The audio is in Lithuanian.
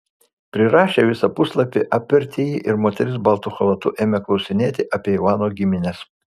prirašę visą puslapį apvertė jį ir moteris baltu chalatu ėmė klausinėti apie ivano gimines